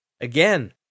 again